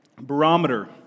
barometer